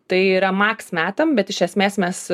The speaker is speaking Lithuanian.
tai yra maks metam bet iš esmės mes